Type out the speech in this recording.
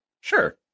Sure